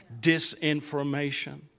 disinformation